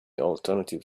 alternative